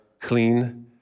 clean